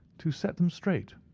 to set them straight.